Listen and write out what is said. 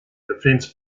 defence